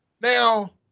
Now